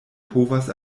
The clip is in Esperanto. povas